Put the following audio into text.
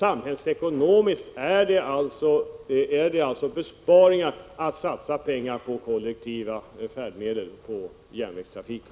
Samhällsekonomiskt är det alltså lönsamt att satsa pengar på kollektiva färdmedel när det gäller järnvägstrafiken.